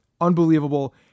unbelievable